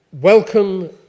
Welcome